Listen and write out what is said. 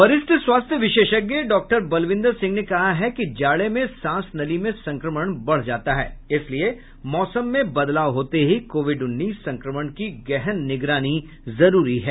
वरिष्ठ स्वास्थ्य विशेषज्ञ डॉक्टर बलविन्दर सिंह ने कहा कि जाड़े में सांस नली में संक्रमण बढ़ जाता है इसलिए मौसम में बदलाव होते ही कोविड उन्नीस संक्रमण की गहन निगरानी जरूरी है